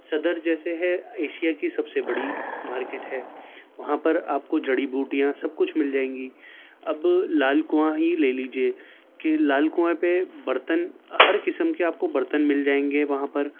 صدر جیسے ہے ایشیا کی سب سے بڑی مارکیٹ ہے وہاں پر آپ کو جڑی بوٹیاں سب کچھ مل جائے گی اب لال کنواں ہی لے لیجیے کہ لال کنواں پہ برتن ہر قسم کے آپ کو برتن مل جائیں گے وہاں پر